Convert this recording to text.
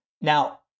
Now